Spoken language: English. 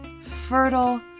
fertile